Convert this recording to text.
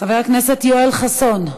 חבר הכנסת יואל חסון,